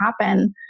happen